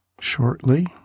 Shortly